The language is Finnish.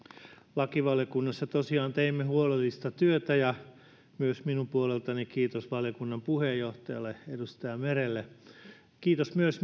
lakivaliokunnassa tosiaan teimme huolellista työtä ja myös minun puoleltani kiitos valiokunnan puheenjohtajalle edustaja merelle kiitos myös